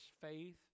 faith